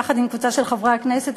יחד עם קבוצה של חברי כנסת,